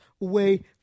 away